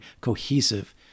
cohesive